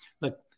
Look